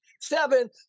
seven